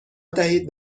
دهید